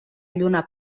lluna